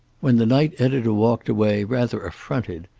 when the night editor walked away, rather affronted,